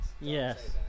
Yes